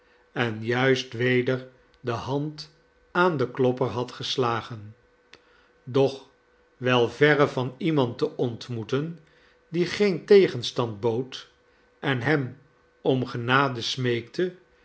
en juist weder de hand aan den klopper had gestagen doch wel verre van iemand te ontmoeten die geen tegenstand bood en hem om genade smeekte